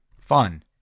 Fun